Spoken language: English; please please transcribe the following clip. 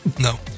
No